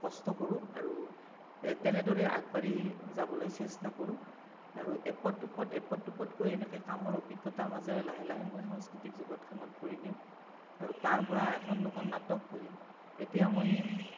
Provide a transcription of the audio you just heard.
কষ্ট কৰোঁ আৰু তেনেদৰে আগবাঢ়ি যাবলৈ চেষ্টা কৰোঁ আৰু এপদ দুপদ এপদ দুপদকৈ এনেকে কামৰ অভিজ্ঞতাৰ মাজেৰে লাহে লাহে মই সাংস্কৃতিক জগতখনত ভৰি দিওঁ আৰু তাৰ পৰা এখন দুখন নাটক কৰি এতিয়া মই